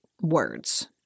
words